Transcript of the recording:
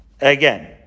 again